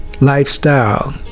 lifestyle